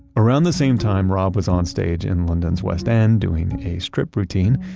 around the same time, rob was onstage in london's west end doing a strip routine,